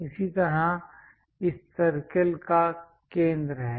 इसी तरह इस सर्कल का केंद्र है